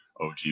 OG